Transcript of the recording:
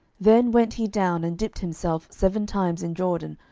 then went he down, and dipped himself seven times in jordan,